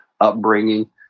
upbringing